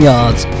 Yards